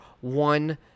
one